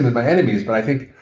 my enemies, but i think,